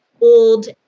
old